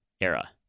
era